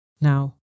Now